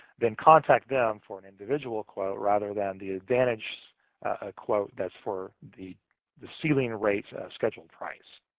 then contact them for an individual quote, rather than the advantage ah quote that's for the the ceiling rates schedule price.